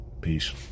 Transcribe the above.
peace